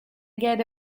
get